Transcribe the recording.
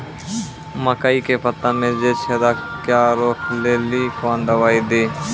मकई के पता मे जे छेदा क्या रोक ले ली कौन दवाई दी?